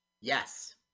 Yes